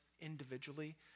individually